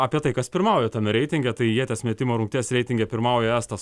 apie tai kas pirmauja tame reitinge tai ieties metimo rungties reitinge pirmauja estas